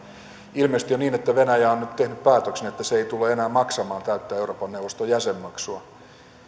ilmeisesti on niin että venäjä on nyt tehnyt päätöksen että se ei tule enää maksamaan täyttä euroopan neuvoston jäsenmaksua